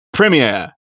Premiere